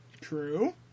True